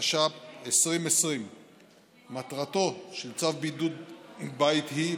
התש"ף 2020. מטרתו של צו בידוד בית היא,